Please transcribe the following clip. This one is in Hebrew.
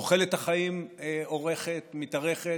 תוחלת החיים אורכת, מתארכת.